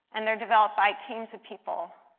and they are developed by teams of people.